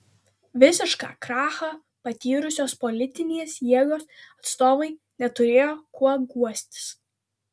visišką krachą patyrusios politinės jėgos atstovai neturėjo kuo guostis